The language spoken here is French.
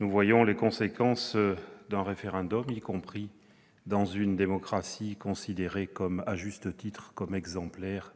nous voyons les conséquences d'un référendum dans une démocratie considérée, à juste titre, comme exemplaire